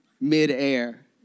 midair